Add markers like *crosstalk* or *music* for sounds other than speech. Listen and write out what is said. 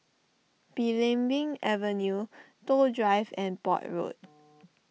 Belimbing Avenue Toh Drive and Port Road *noise*